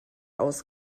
aus